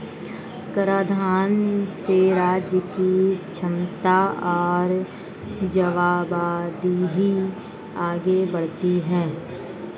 कराधान से राज्य की क्षमता और जवाबदेही आगे बढ़ती है